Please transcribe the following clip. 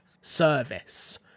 service